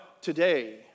today